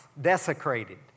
desecrated